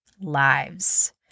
lives